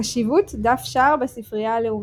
קשיבות, דף שער בספרייה הלאומית